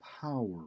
power